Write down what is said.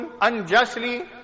unjustly